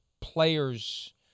players –